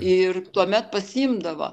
ir tuomet pasiimdavo